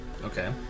Okay